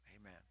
Amen